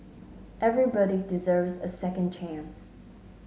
everybody deserves a second chance